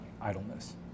idleness